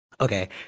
Okay